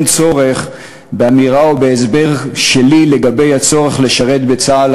צורך באמירה או בהסבר שלי לגבי הצורך לשרת בצה"ל,